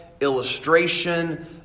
illustration